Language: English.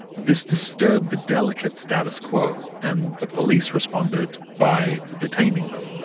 this disturbed the delicate status quo, and the police responded by detaining them